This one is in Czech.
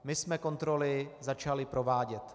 My jsme kontroly začali provádět.